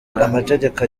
amategeko